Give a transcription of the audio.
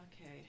Okay